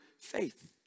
faith